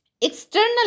external